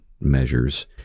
measures